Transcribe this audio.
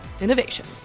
innovation